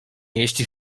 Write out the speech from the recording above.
jeśli